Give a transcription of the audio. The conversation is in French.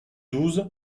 douze